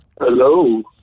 hello